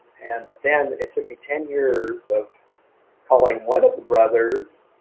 and but then it took me ten years of calling one of the brothers,